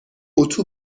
اتو